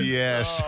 yes